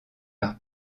leur